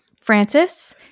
Francis